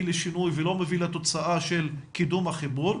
לשינוי ולא מביא לתוצאה של קידום החיבור,